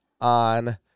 on